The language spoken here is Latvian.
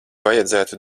vajadzētu